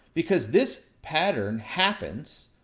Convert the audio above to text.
because this pattern happens,